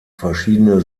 verschiedene